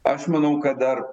aš manau kad dar